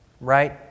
right